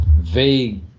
vague